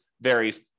varies